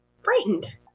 frightened